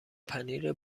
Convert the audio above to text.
پنیر